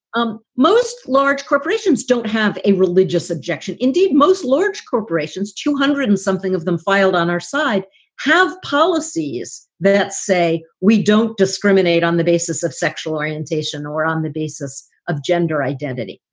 um most large corporations don't have a religious objection. indeed, most large corporations. two hundred and something of them filed on our side have policies that say we don't discriminate on the basis of sexual orientation or on the basis of gender identity.